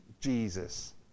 Jesus